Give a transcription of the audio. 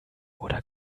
oder